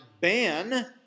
ban